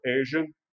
Asian